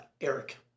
eric